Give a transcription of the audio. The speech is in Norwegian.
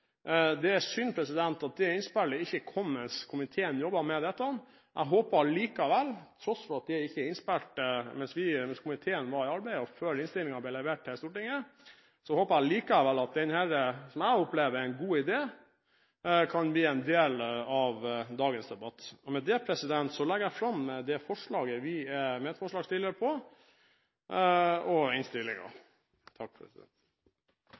Det er synd at det innspillet ikke kom mens komiteen jobbet med dette. Jeg håper likevel – til tross for at dette innspillet ikke kom mens komiteen var i arbeid, og før innstillingen ble levert til Stortinget – at dette, som jeg opplever er en god idé, kan bli en del av dagens debatt. Med det legger jeg fram det forslaget vi er medforslagsstiller til, og innstillingen. Representanten Tord Lien har tatt opp det forslaget han refererte til. Eg vil takka saksordføraren, og